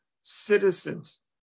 citizens